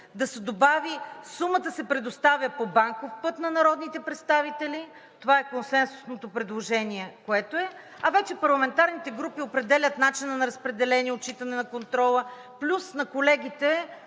да се добави: „Сумата се предоставя по банков път на народните представители“. Това е консенсусното предложение, което е, а вече парламентарните групи определят начина на разпределение, отчитане на контрола. Плюс на колегите